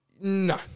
No